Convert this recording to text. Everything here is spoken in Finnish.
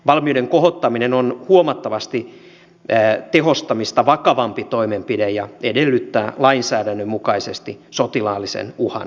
valmiuden kohottaminen on huomattavasti tehostamista vakavampi toimenpide ja edellyttää lainsäädännön mukaisesti sotilaallisen uhan tunnistamista